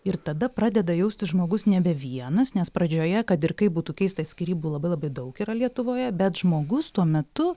ir tada pradeda jaustis žmogus nebe vienas nes pradžioje kad ir kaip būtų keista skyrybų labai labai daug yra lietuvoje bet žmogus tuo metu